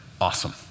awesome